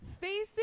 facing